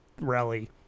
rally